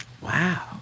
Wow